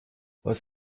was